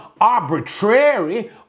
arbitrary